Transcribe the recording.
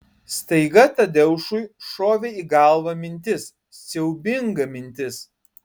staiga tadeušui šovė į galvą mintis siaubinga mintis